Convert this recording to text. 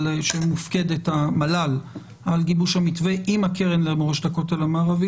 שמופקדת על גיבוש המתווה עם הקרן למורשת הכותל המערבי,